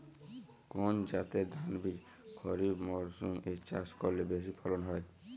কোন জাতের ধানবীজ খরিপ মরসুম এ চাষ করলে বেশি ফলন হয়?